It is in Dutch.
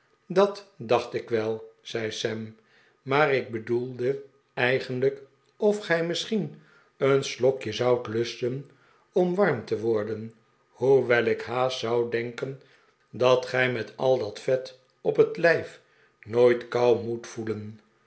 dat dacht ik wel zei sam maar ik bedoelde eigenlijk of gij misschien een slokje zoudt lusten om warm te worden hoe wel ik haast zou denken dat gij met al dat vet op het lijf nooit kou moet voelen